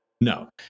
No